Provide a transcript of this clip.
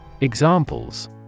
Examples